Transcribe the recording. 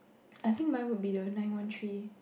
I think mine would be the nine one three